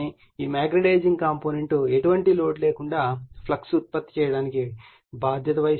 ఈ magnetising component ఎటువంటి load లేకుండా ఫ్లక్స్ ఉత్పత్తికి బాధ్యత వహిస్తుంది